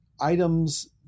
items